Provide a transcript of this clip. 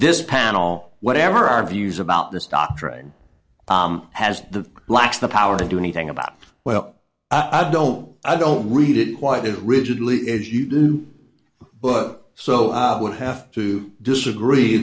this panel whatever our views about this doctrine has the lacks the power to do anything about well i don't i don't read it quite as rigidly as you do book so i would have to disagree